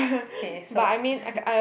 okay so